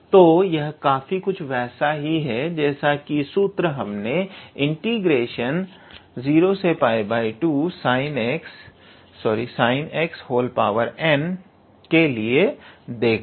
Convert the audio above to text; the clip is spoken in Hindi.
तो यह काफी कुछ वैसा ही है जैसा कि सूत्र हमने 02sinnxdx के लिए देखा